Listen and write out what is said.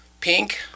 pink